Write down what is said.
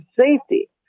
safety